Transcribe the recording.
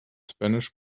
spanish